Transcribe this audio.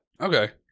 okay